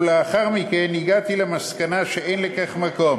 ולאחר מכן הגעתי למסקנה שאין לכך מקום.